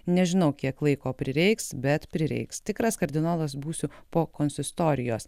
nežinau kiek laiko prireiks bet prireiks tikras kardinolas būsiu po konsistorijos